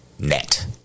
Net